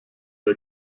der